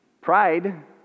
Pride